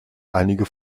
einige